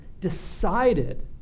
decided